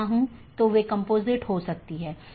एक है स्टब